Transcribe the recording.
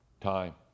time